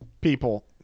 People